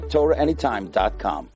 TorahAnyTime.com